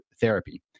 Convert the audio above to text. therapy